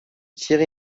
thierry